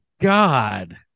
God